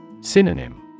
Synonym